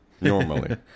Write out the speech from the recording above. Normally